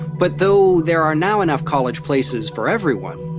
but, though there are now enough college places for everyone,